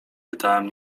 pytałem